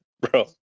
bro